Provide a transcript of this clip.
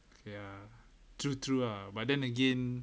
ya true true ah but then again